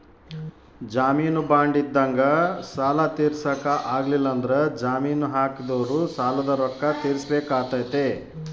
ಜಾಮೀನು ಬಾಂಡ್ ಇದ್ದಂಗ ಸಾಲ ತೀರ್ಸಕ ಆಗ್ಲಿಲ್ಲಂದ್ರ ಜಾಮೀನು ಹಾಕಿದೊರು ಸಾಲದ ರೊಕ್ಕ ತೀರ್ಸಬೆಕಾತತೆ